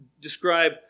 describe